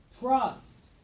trust